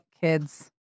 kids